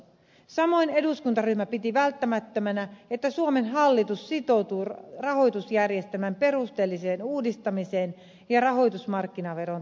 samoin eduskuntaryhmä piti välttämättömänä että suomen hallitus sitoutuu rahoitusjärjestelmän perusteelliseen uudistamiseen ja rahoitusmarkkinaveron toteuttamiseen